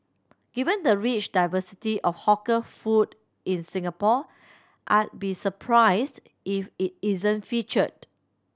given the rich diversity of hawker food in Singapore I be surprised if it isn't featured